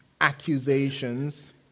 accusations